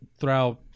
throughout